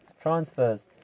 transfers